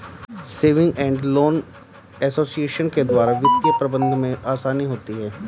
saving and loan association के द्वारा वित्तीय प्रबंधन में आसानी होती है